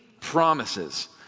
promises